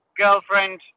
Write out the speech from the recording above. girlfriend